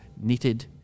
knitted